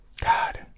God